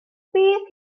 beth